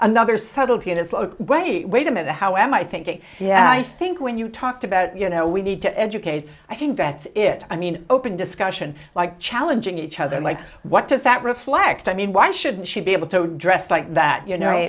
another subtlety and it's why wait a minute how am i thinking yeah i think when you talked about you know we need to educate i think that it i mean open discussion like challenging each other like what does that reflect i mean why shouldn't she be able to dress like that you know